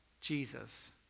Jesus